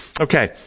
Okay